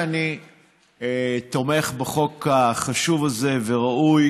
אני תומך בחוק החשוב הזה וראוי